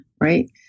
right